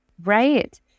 Right